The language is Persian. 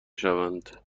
شوند